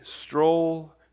stroll